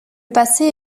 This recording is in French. passé